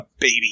baby